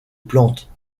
plantes